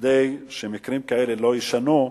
כדי שמקרים כאלה לא יישנו.